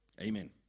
Amen